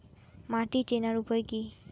মাটি চেনার উপায় কি?